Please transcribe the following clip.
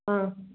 ஆ